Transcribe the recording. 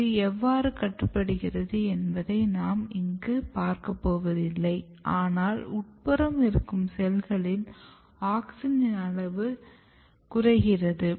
இது எவ்வாறு கட்டுப்படுகிறது என்பதை நாம் இங்கு பார்க்கப்போவதில்லை ஆனால் உட்புறம் இருக்கும் செல்களில் ஆக்ஸினின் அளவு குறைகிறது